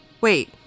wait